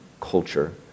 culture